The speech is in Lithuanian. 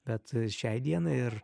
bet šiai dienai ir